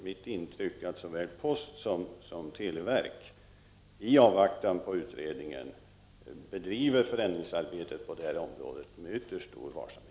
Mitt intryck är att såväl postsom televerk i avvaktan på utredningen bedriver förändringsarbetet på detta område med ytterst stor varsamhet.